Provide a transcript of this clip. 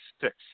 Six